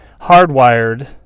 hardwired